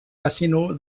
casino